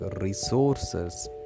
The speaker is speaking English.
resources